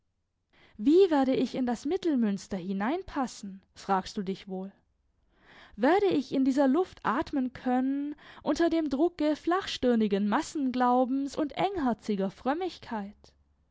wie werde ich in das mittelmünster hineinpassen fragst du dich wohl werde ich in dieser luft atmen können unter dem drucke flachstirnigen massenglaubens und engherziger frömmigkeit